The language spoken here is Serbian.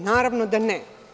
Naravno da ne.